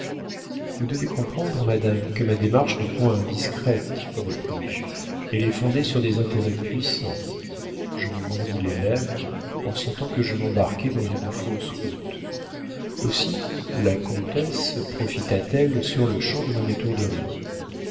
vous devez comprendre madame que ma démarche n'est point indiscrète repris-je elle est fondée sur des intérêts puissants je me mordis les lèvres en sentant que je m'embarquais dans une fausse route aussi la comtesse profita t elle sur-le-champ de mon étourderie